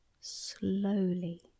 Slowly